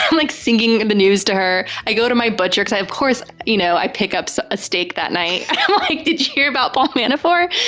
i'm like singing and the news to her. i go to my butcher, because of course you know i pick up a steak that night. i'm like, did you hear about paul manafort?